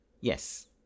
yes